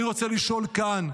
אני רוצה לשאול כאן,